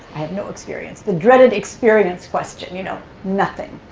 i have no experience. the dreaded experience question. you know nothing.